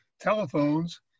telephones